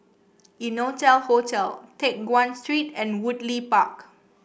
Innotel Hotel Teck Guan Street and Woodleigh Park